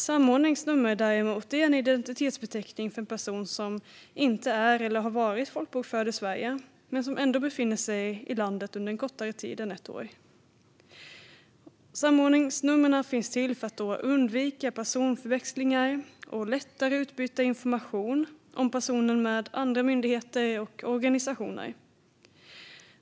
Samordningsnummer, däremot, är en identitetsbeteckning för en person som inte är eller har varit folkbokförd i Sverige men som ändå befinner sig i landet under en kortare tid än ett år. Samordningsnumren finns till för att undvika personförväxlingar och lättare utbyta information om personer med andra myndigheter och organisationer.